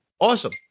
Awesome